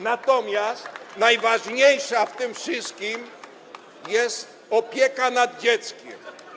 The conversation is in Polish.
Natomiast najważniejsza w tym wszystkim jest opieka nad dzieckiem.